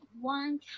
one